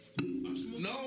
No